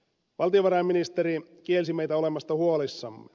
valtiovarainministeri kielsi meitä olemasta huolissamme